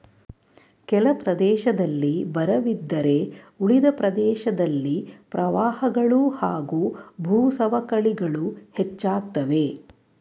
ಕೆಲ ಪ್ರದೇಶದಲ್ಲಿ ಬರವಿದ್ದರೆ ಉಳಿದ ಪ್ರದೇಶದಲ್ಲಿ ಪ್ರವಾಹಗಳು ಹಾಗೂ ಭೂಸವಕಳಿಗಳು ಹೆಚ್ಚಾಗ್ತವೆ